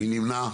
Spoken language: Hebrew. מי נמנע?